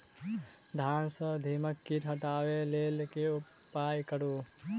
धान सँ दीमक कीट हटाबै लेल केँ उपाय करु?